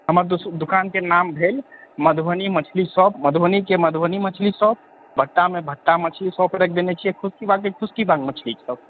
हमर दुकानके नाम भेल मधुबनी मछली शॉप मधुबनीके मधुबनी मछली शॉप भट्टामे भट्टा मछली शॉप राखि देने छियै खुश्कीबागमे खुश्कीबाग मछली शॉप